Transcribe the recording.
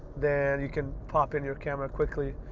then you can pop in your camera quickly.